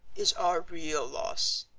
is our real loss,